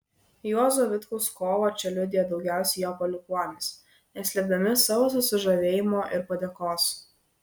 juozo vitkaus kovą čia liudija daugiausiai jo palikuonys neslėpdami savo susižavėjimo ir padėkos